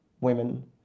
women